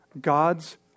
God's